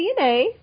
DNA